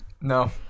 No